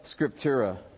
scriptura